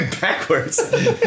backwards